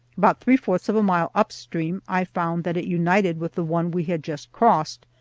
about three-fourths of a mile upstream i found that it united with the one we had just crossed,